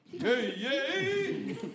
Hey